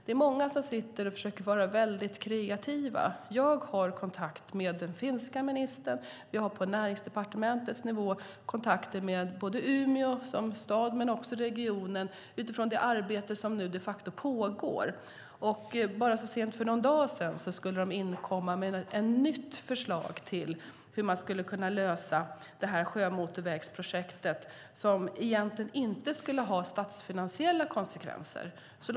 Det är många som försöker vara väldigt kreativa. Jag har kontakt med den finska ministern, och vi har på näringsdepartementsnivå kontakter med Umeå stad och regionen utifrån det arbete som nu pågår. Bara så sent som för någon dag sedan skulle de inkomma med ett nytt förslag till hur man skulle kunna lösa det här sjömotorvägsprojektet utan att det egentligen skulle få några statsfinansiella konsekvenser.